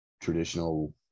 traditional